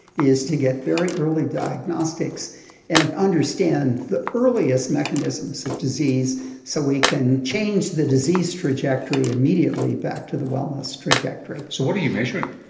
is to get very early diagnostics and understand the earliest mechanisms of disease so we can change the disease trajectory immediately back to the wellness trajectory. so what are you measuring?